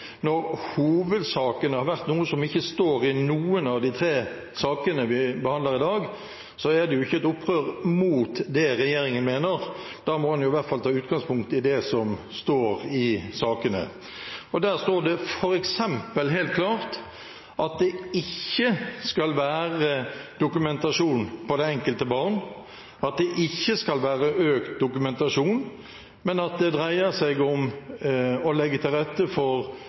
når hovedsaken har vært noe som ikke står i noen av de tre sakene vi behandler i dag, så er det ikke et opprør mot det regjeringen mener, da må en i hvert fall ta utgangspunkt i det som står i sakene. Der står det f.eks. helt klart at det ikke skal være dokumentasjon av det enkelte barn, at det ikke skal være økt dokumentasjon, men at det dreier seg om å legge til rette for